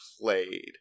played